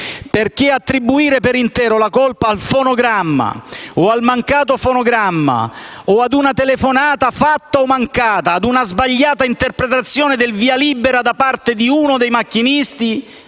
luna. Attribuire per intero la colpa al fonogramma o al mancato fonogramma, ad una telefonata fatta o mancata, ad una sbagliata interpretazione del "via libera" da parte di uno dei macchinisti